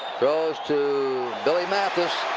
throws to billy mathis.